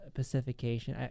pacification